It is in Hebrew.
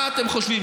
מה אתם חושבים,